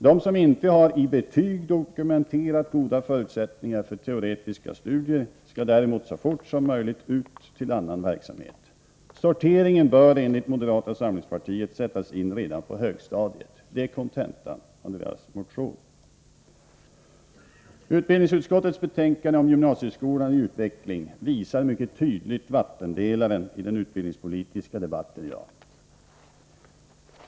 De som inte i betyg har dokumenterat goda förutsättningar för teoretiska studier skall däremot så fort som möjligt ut till annan verksamhet. Sorteringen bör enligt moderaterna sättas in redan på högstadiet — det är kontentan av deras motion. Utbildningsutskottets betänkande om gymnasieskola i utveckling visar mycket tydligt vattendelaren i den utbildningspolitiska debatten i dag.